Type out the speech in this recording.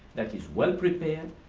that is well prepared,